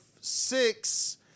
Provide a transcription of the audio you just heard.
six